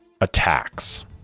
attacks